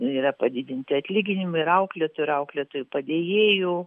yra padidinti atlyginimai ir auklėtojų ir auklėtojų padėjėjų